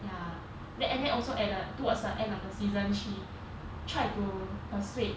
ya then at the end also at the towards the end of the season she tried to persuade